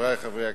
חברי חברי הכנסת,